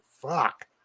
fuck